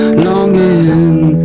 longing